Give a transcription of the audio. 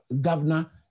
governor